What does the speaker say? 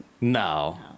No